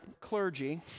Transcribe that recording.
clergy